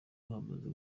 hamaze